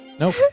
Nope